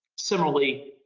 similarly,